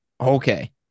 okay